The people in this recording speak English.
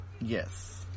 yes